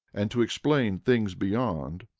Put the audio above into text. and to explain things beyond,